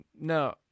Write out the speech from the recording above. No